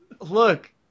Look